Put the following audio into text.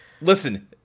listen